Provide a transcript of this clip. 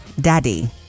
daddy